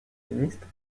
ministre